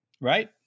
right